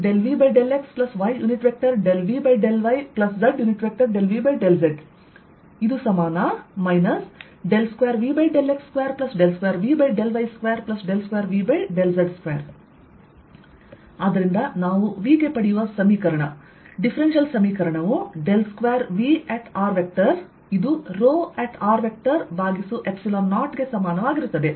V x∂xy∂yz∂zx∂V∂xy∂V∂yz∂V∂z 2Vx22Vy22Vz2 ಆದ್ದರಿಂದ ನಾವು V ಗೆ ಪಡೆಯುವ ಸಮೀಕರಣ ಡಿಫ್ರೆನ್ಸಿಯಲ್ ಸಮೀಕರಣವು 2Vr ಯುr0ಗೆ ಸಮಾನವಾಗಿರುತ್ತದೆ